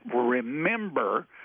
remember